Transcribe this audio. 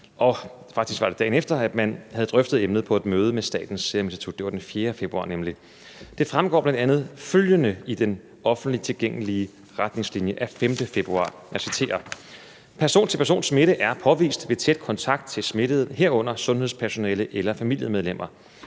Faktisk var det, dagen efter man havde drøftet emnet på et møde med Statens Serum Institut, det var nemlig den 4. februar. Følgende fremgår af de offentligt tilgængelige retningslinjer af 5. februar: Person til person-smitte er påvist ved tæt kontakt til smittede, herunder sundhedspersonale eller familiemedlemmer.